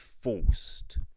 forced